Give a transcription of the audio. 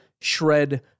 shred